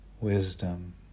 wisdom